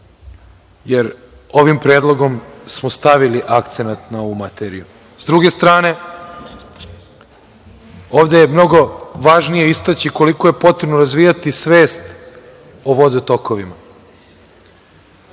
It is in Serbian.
smo ovim predlogom stavili akcenat na ovu materiju.S druge strane, ovde je mnogo važnije istaći koliko je potrebno razvijati svest o vodotokovima.